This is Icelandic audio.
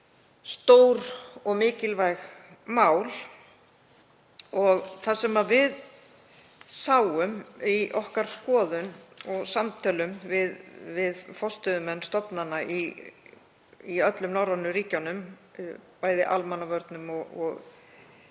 stór og mikilvæg mál. Það sem við sáum í okkar skoðun og samtölum við forstöðumenn stofnananna í öllum norrænu ríkjunum, bæði almannavarna og annarra